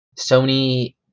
Sony